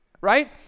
Right